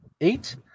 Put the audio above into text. eight